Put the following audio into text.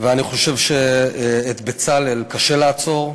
ואני חושב שאת בצלאל קשה לעצור,